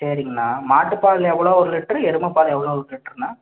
சரிங்கண்ணா மாட்டுப் பால் எவ்வளோ ஒரு லிட்ரு எருமை பால் எவ்வளோ ஒரு லிட்ருண்ணா